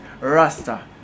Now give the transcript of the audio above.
rasta